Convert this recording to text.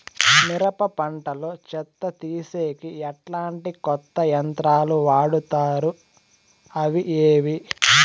మిరప పంట లో చెత్త తీసేకి ఎట్లాంటి కొత్త యంత్రాలు వాడుతారు అవి ఏవి?